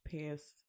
past